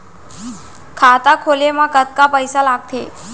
खाता खोले मा कतका पइसा लागथे?